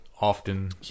often